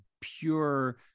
pure